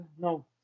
No